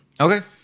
Okay